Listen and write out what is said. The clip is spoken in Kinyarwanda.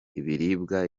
ibiribwa